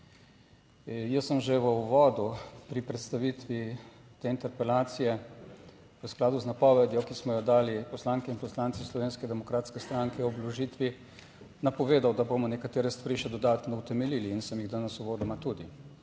Jaz sem že v uvodu pri predstavitvi te interpelacije v skladu z napovedjo, ki smo jo dali poslanke in poslanci Slovenske demokratske stranke o vložitvi napovedal, da bomo nekatere stvari še dodatno utemeljili in sem jih danes uvodoma tudi